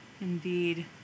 indeed